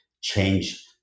change